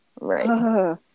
right